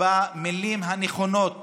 במילים הנכונות